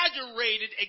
exaggerated